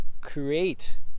create